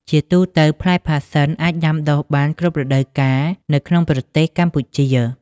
ជាទូទៅ ផ្លែផាសសិនអាចដាំដុះបាន គ្រប់រដូវកាល នៅក្នុងប្រទេសកម្ពុជា។